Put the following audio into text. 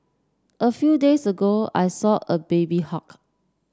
a few days ago I saw a baby hawk